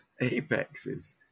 apexes